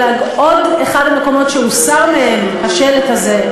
עוד אחד מהמקומות שהוסר מהם השלט הזה,